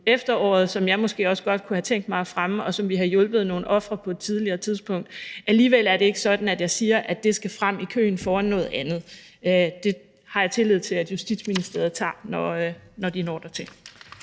efteråret, som jeg måske også godt kunne have tænkt mig at fremme, og som kunne have hjulpet nogle ofre på et tidligere tidspunkt. Alligevel er det ikke sådan, at jeg siger, at det skal frem i køen foran noget andet. Det har jeg tillid til at Justitsministeriet tager, når de når dertil.